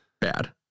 bad